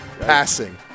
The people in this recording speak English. passing